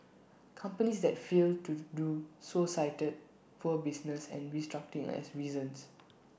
companies that failed to do so cited poor business and restructuring as reasons